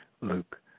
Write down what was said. Luke